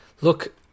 Look